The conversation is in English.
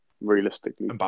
Realistically